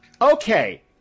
Okay